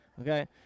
okay